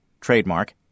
trademark